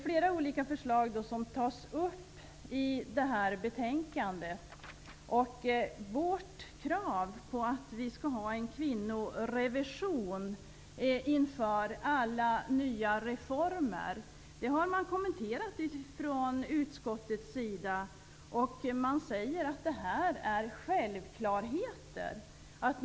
Flera olika förslag tas upp i det här betänkandet. Vårt krav på att vi skall ha en kvinnorevision inför alla nya reformer har utskottet kommenterat. Man säger att detta är självklarheter.